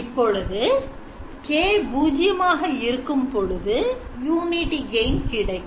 இப்பொழுது கே பூஜ்யமாக இருக்கும் பொழுது யூனிட் கிடைக்கும்